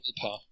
power